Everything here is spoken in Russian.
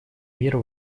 мира